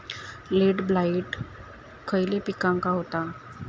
Late blight खयले पिकांका होता?